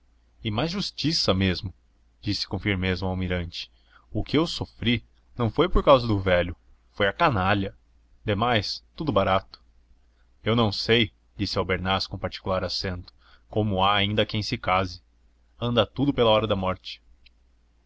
e mais justiça mesmo disse com firmeza o almirante o que eu sofri não foi por causa do velho foi a canalha demais tudo barato eu não sei disse albernaz com particular acento como há ainda quem se case anda tudo pela hora da morte